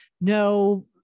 no